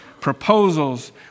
proposals